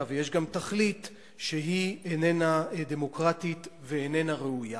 ויש גם תכלית שהיא איננה דמוקרטית ואיננה ראויה.